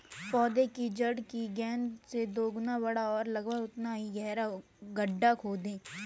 पौधे की जड़ की गेंद से दोगुना बड़ा और लगभग उतना ही गहरा गड्ढा खोदें